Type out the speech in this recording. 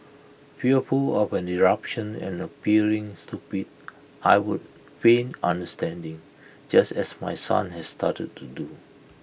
fearful of an eruption and appearing stupid I would feign understanding just as my son has started to do